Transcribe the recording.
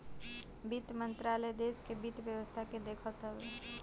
वित्त मंत्रालय देस के वित्त व्यवस्था के देखत हवे